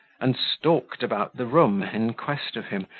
and stalked about the room, in quest of him,